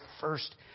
first